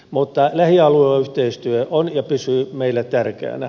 mutta lähialueyhteistyö on ja pysyy meillä tärkeänä